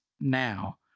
now